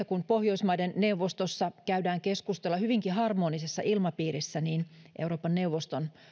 kun pohjoismaiden neuvostossa käydään keskustelua hyvinkin harmonisessa ilmapiirissä niin euroopan neuvoston